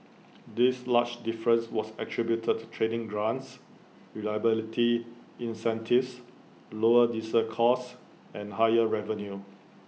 this large difference was attributed to training grants reliability incentives lower diesel costs and higher revenue